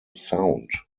sound